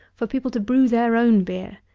for people to brew their own beer,